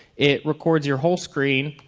it records your whole screen.